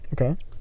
Okay